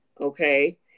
okay